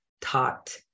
taught